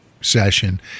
session